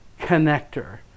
connector